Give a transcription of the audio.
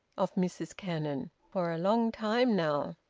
of mrs cannon, for a long time now.